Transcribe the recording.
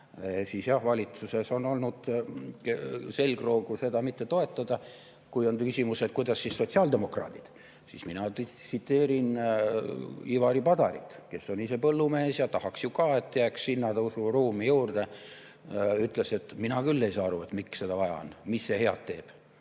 Jah, valitsuses on olnud selgroogu seda mitte toetada. Kui on küsimus, kuidas sotsiaaldemokraadid [suhtuvad], siis mina tsiteerin Ivari Padarit, kes on ise põllumees ja tahaks ju ka, et jääks hinnatõusu ruumi juurde. Ta ütles, et mina küll ei saa aru, miks seda vaja on, mis see head teeb.